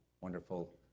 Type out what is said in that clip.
wonderful